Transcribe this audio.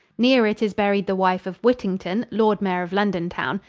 near it is buried the wife of whittington, lord mayor of londontown.